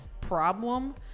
problem